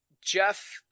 Jeff